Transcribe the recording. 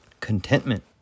Contentment